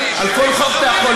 איך בנינו מדינה בלי החוק הזה.